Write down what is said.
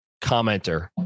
commenter